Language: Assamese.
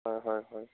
অঁ হয় হয়